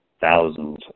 thousands